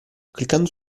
cliccando